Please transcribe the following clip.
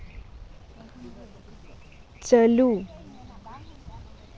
ᱪᱟᱹᱞᱩ